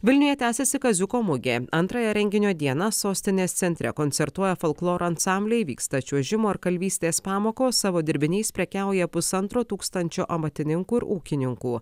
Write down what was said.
vilniuje tęsiasi kaziuko mugė antrąją renginio dieną sostinės centre koncertuoja folkloro ansambliai vyksta čiuožimo ar kalvystės pamokos savo dirbiniais prekiauja pusantro tūkstančio amatininkų ir ūkininkų